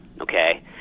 okay